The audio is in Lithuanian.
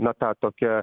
na ta tokia